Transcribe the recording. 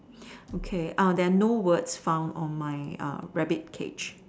okay uh there are no words found on my uh rabbit cage